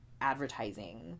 advertising